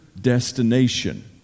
destination